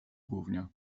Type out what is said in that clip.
gównie